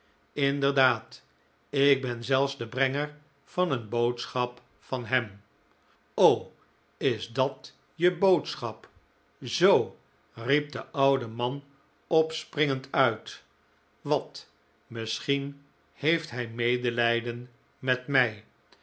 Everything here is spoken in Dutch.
inderdaad ik ben zelfs de brenger van een boodschap van hem is dat je boodschap zoo riep de oude man opspringend uit wat misschien heeft hij medelijden met mij